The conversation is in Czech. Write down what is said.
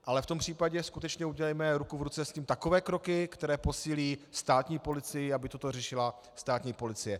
Ale v tom případě skutečně udělejme ruku v ruce s tím takové kroky, které posílí státní policii, aby toto řešila státní policie.